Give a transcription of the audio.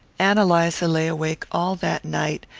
ann eliza lay awake all that night,